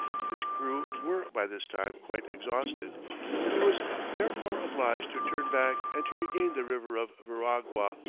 his crews were by this time quite exhausted he was therefore obliged to turn back and to regain the river of veragua,